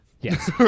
yes